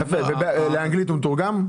הוא מתורגם לאנגלית?